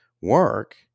work